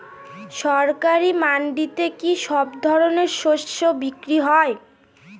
সরকারি মান্ডিতে কি সব ধরনের শস্য বিক্রি হয়?